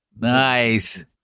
Nice